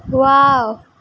wow